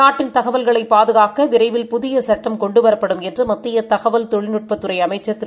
நாட்டின்தகவல்களைபாதுகாக்கவிரைவில்புதியசட்டம் கொண்டுவரப்படும்என்றுமத்தியதகவல்தொழில்நுட்பத் துறைஅமைச்சர்திரு